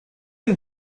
and